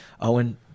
Owen